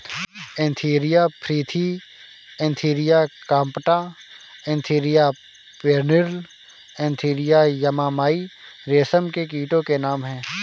Antheraea frithi Antheraea compta Antheraea pernyi Antheraea yamamai रेशम के कीटो के नाम हैं